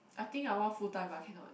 I think I want full time but cannot